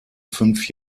fünf